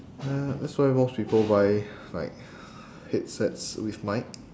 uh that's why most people buy like headsets with mic